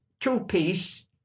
two-piece